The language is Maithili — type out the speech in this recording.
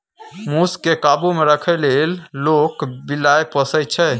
मुस केँ काबु मे राखै लेल लोक बिलाइ पोसय छै